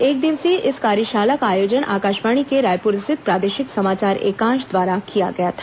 एकदिवसीय इस कार्यशाला का आयोजन आकाशवाणी के रायपुर स्थित प्रादेशिक समाचार एकांश द्वारा किया गया था